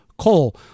coal